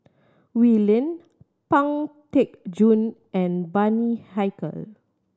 Wee Lin Pang Teck Joon and Bani Haykal